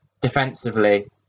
Defensively